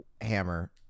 hammer